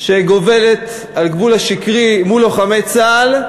שהיא על גבול השקרי, מול לוחמי צה"ל,